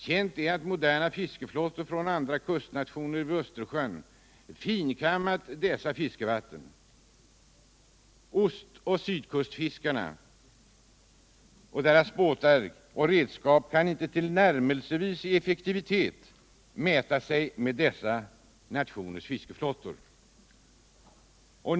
Känt är att moderna fiskeflottor från andra kustnationer vid Östersjön finkammat dessa fiskevatten. Ost och sydkustfiskarnas båtar och redskap kan inte tillnärmelsevis mäta sig med dessa nationers fiskeflottor i fråga om effektivitet.